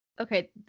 okay